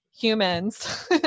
humans